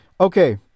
Okay